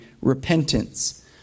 repentance